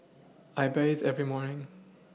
I bathe every morning